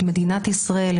את מדינת ישראל,